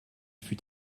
fut